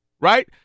right